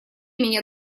меня